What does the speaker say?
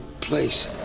place